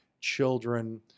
children